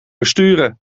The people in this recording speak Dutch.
versturen